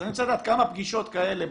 אז אני רוצה לדעת כמה פגישות כאלה,